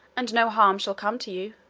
and no harm shall come to you.